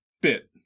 bit